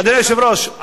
אדוני היושב-ראש,